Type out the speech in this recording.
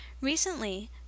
Recently